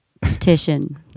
petition